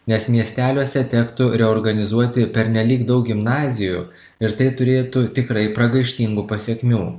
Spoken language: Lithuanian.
nes miesteliuose tektų reorganizuoti pernelyg daug gimnazijų ir tai turėtų tikrai pragaištingų pasekmių